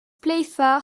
playfair